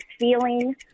feeling